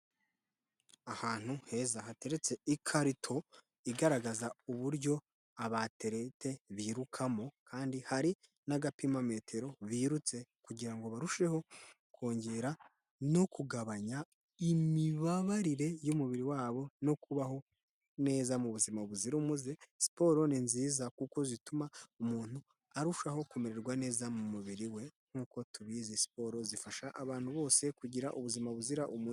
Ahantu heza hateretse ikarito igaragaza uburyo abaterete birukamo kandi hari n'agapima metero birutse kugira ngo barusheho kongera no kugabanya imibabarire y'umubiri wabo no kubaho neza mu buzima buzira umuze. Siporo ni nziza kuko zituma umuntu arushaho kumererwa neza mu mubiri we nk'uko tubizi siporo zifasha abantu bose kugira ubuzima buzira umuze.